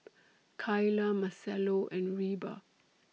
Kaila Marcelo and Reba